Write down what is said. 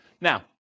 Now